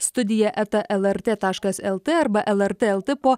studija eta lrt taškas lt arba lrt lt po